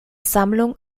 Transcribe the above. sammlung